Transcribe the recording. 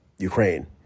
Ukraine